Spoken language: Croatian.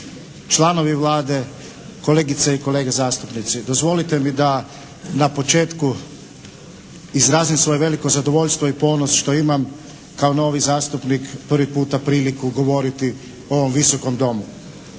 članovi Vlade, kolegice i kolege zastupnici! Dozvolite mi da na početku izrazim svoje veliko zadovoljstvo i ponos što imam kao novi zastupnik prvi puta priliku govoriti u ovom Visokom domu.